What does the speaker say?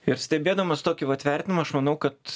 ir stebėdamas tokį vat vertinimą aš manau kad